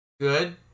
good